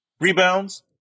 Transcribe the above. Rebounds